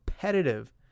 competitive